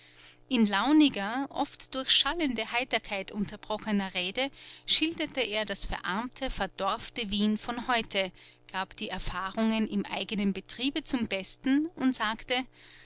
in launiger oft durch schallende heiterkeit unterbrochener rede schilderte er das verarmte verdorfte wien von heute gab die erfahrungen im eigenen betriebe zum besten und sagte